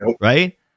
Right